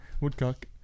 Woodcock